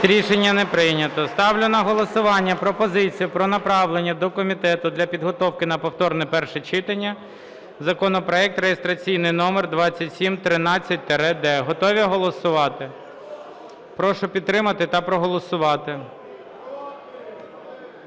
Рішення не прийнято. Ставлю на голосування пропозицію про направлення до комітету для підготовки на повторне перше читання законопроект реєстраційний номер 2713-д. Готові голосувати? Прошу підтримати та проголосувати.